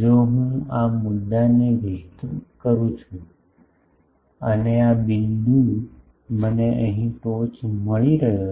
જો હું આ મુદ્દાને વિસ્તૃત કરું છું અને આ બિંદુ મને અહીં ટોચ મળી રહ્યો છે